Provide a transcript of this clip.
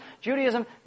Judaism